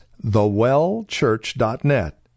thewellchurch.net